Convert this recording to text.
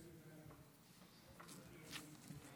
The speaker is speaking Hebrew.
התאריך שבו התקבלה באו"ם תוכנית החלוקה.